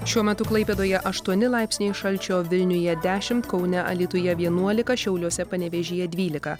šiuo metu klaipėdoje aštuoni laipsniai šalčio vilniuje dešimt kaune alytuje vienuolika šiauliuose panevėžyje dvylika